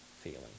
feeling